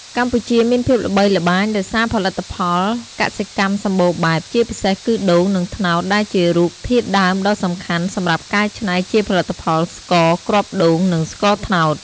កម្ពុជាមានភាពល្បីល្បាញដោយសារផលិតផលកសិកម្មសម្បូរបែប ជាពិសេសគឺដូង និងត្នោតដែលជារូបធាតុដើមដ៏សំខាន់សម្រាប់កែឆ្នៃជាផលិតផលស្ករគ្រាប់ដូង និង ស្ករត្នោត។